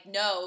no